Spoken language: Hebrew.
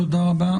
תודה רבה.